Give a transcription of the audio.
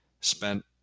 Spent